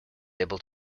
able